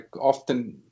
often